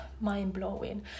mind-blowing